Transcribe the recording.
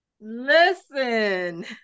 Listen